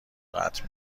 قطع